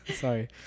Sorry